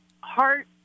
heart